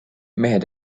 mehed